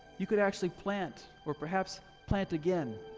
you could actually plant or perhaps plant again,